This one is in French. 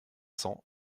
cents